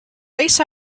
lace